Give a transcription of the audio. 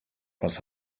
was